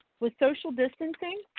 with social distancing,